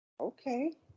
Okay